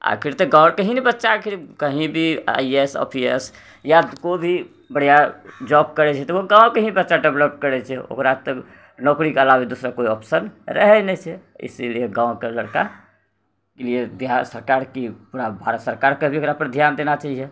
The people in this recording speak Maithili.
आओर करतै नहि आओर कहीँ नहि बच्चा कहीँ भी I A S I P S या कोइ भी बढ़िआँ जाॅब करै छै तऽ ओ गाँवके ही बच्चा डेवलप करै छै ओकरा तऽ नौकरीके अलावा दूसरा कोइ ऑप्शन रहै नहि छै इसिलिए गाँवके लड़काके लिए बिहार सरकार कि ओकरा भारत सरकारके भी ओकरापर धिआन देना चाहिए